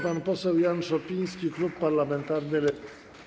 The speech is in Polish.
Pan poseł Jan Szopiński, klub parlamentarny Lewica.